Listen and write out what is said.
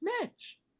Mitch